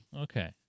Okay